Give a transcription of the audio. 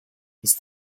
ist